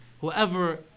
Whoever